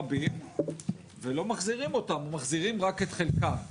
רבים וטובים שאלו אותי מאיפה נולד הרעיון לקיים את הדיון הזה,